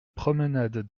promenade